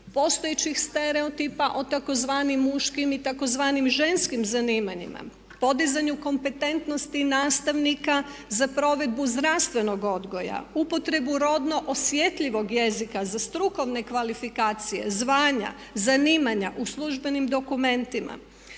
postojećih stereotipa o tzv. muškim i tzv. ženskim zanimanjima podizanju kompetentnosti nastavnika za provedbu zdravstvenog odgoja, upotrebu rodno osjetljivog jezika za strukovne kvalifikacije, zvanja, zanimanja u službenim dokumentima.